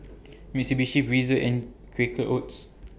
Mitsubishi Breezer and Quaker Oats